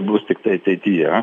bus tiktai ateityje